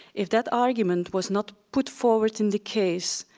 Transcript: if that argument was not put forward in the case?